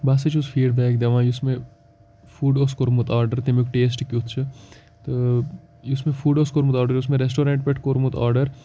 بہٕ ہَسا چھُس فیٖڈبیک دِوان یُس مےٚ فُڈ اوس کوٚرمُت آرڈَر تَمیُک ٹیسٹہٕ کیُتھ چھُ تہٕ یُس مےٚ فُڈ اوس کوٚرمُت آرڈَر یُس مےٚ رٮ۪سٹورٮ۪نٛٹ پٮ۪ٹھ کوٚرمُت آرڈَر